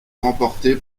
remporté